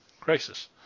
Crisis